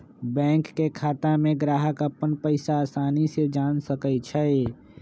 bank के खाता में ग्राहक अप्पन पैसा असानी से जान सकई छई